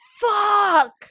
fuck